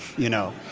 you know,